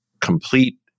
complete